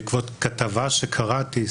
בעקבות כתבה שקראתי,